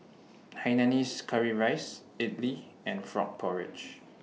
Hainanese Curry Rice Idly and Frog Porridge